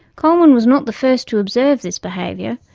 coleman was not the first to observe this behaviour.